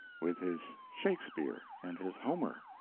with his shakespeare and his homer,